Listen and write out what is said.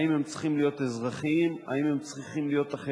האם הם צריכים להיות אזרחיים?